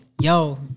Yo